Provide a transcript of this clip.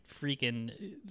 freaking